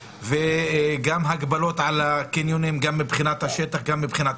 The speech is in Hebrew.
הגבלות על הקניונים מבחינת השטח ומבחינת